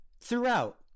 throughout